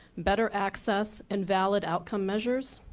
better access and valid outcome measures.